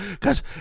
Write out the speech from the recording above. Cause